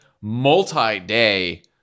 multi-day